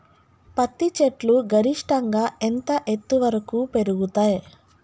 పత్తి చెట్లు గరిష్టంగా ఎంత ఎత్తు వరకు పెరుగుతయ్?